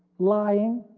lying,